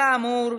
כאמור,